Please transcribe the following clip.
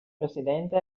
presidente